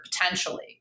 potentially